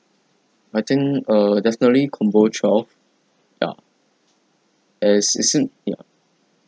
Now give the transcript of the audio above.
I think err definitely combo twelve ya as it's in ya